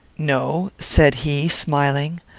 no, said he, smiling,